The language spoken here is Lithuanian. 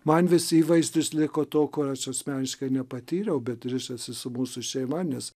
man vis įvaizdis liko to kur aš asmeniškai nepatyriau bet rišasi su mūsų šeima nes